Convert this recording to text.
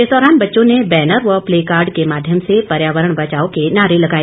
इस दौरान बच्चों ने बैनर व प्लेकार्ड के माध्यम से पर्यावरण बचाओ के नारे लगाए